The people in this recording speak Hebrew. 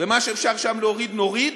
ומה שאפשר שם להוריד נוריד,